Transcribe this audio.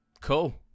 cool